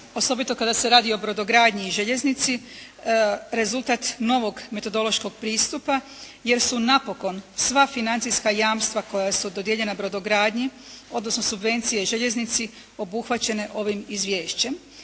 osobito kada se radi o brodogradnji i željeznici rezultat novog metodološkog pristupa jer su napokon sva financijska jamstva koja su dodijeljena brodogradnji odnosno subvencije i željeznici obuhvaćene ovim izvješćem.